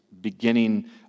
beginning